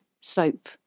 soap